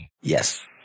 Yes